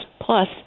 Plus